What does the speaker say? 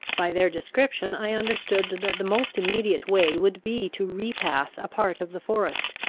by their description i understood that the most immediate way would be to repass a part of the forest,